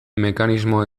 mekanismo